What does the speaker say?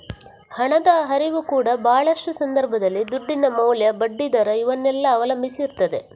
ಹಣದ ಹರಿವು ಕೂಡಾ ಭಾಳಷ್ಟು ಸಂದರ್ಭದಲ್ಲಿ ದುಡ್ಡಿನ ಮೌಲ್ಯ, ಬಡ್ಡಿ ದರ ಇವನ್ನೆಲ್ಲ ಅವಲಂಬಿಸಿ ಇರ್ತದೆ